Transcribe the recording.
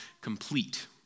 complete